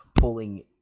pulling